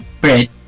Bread